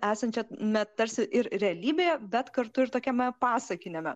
esančią na tarsi ir realybėje bet kartu ir tokiame pasakiniame